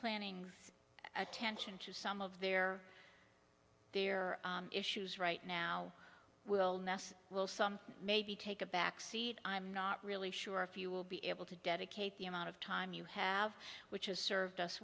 planning attention to some of their their issues right now will ness maybe take a backseat i'm not really sure if you will be able to dedicate the amount of time you have which has served us